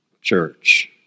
church